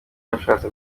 yarashatse